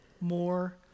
more